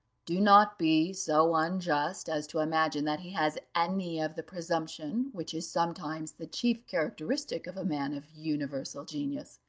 do not be so unjust as to imagine that he has any of the presumption which is sometimes the chief characteristic of a man of universal genius.